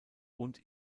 und